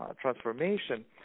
transformation